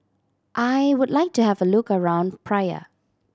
I would like to have a look around Praia